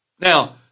Now